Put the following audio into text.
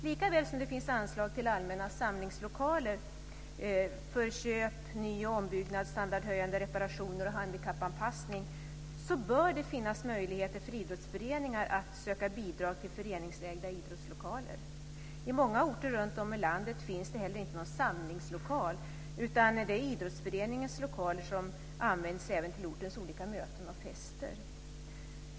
Likaväl som det finns anslag till allmänna samlingslokaler för köp, ny och ombyggnad, standardhöjande reparationer och handikappanpassning bör det finnas möjligheter för idrottsföreningar att söka bidrag till föreningsägda idrottslokaler. I många orter runtom i landet finns det heller inte någon samlingslokal, utan det är idrottsföreningens lokaler som används även till ortens olika möten och fester.